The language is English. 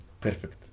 perfect